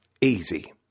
easy